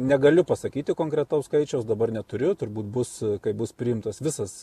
negaliu pasakyti konkretaus skaičiaus dabar neturiu turbūt bus kai bus priimtas visas